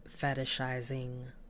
fetishizing